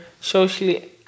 socially